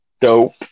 dope